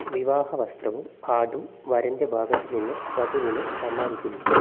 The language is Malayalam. വിവാഹ വസ്ത്രവും ആടും വരൻ്റെ ഭാഗത്തു നിന്ന് വധുവിന് സമ്മാനിക്കുന്നു